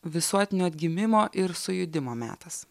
visuotinio atgimimo ir sujudimo metas